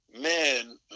men